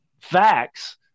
facts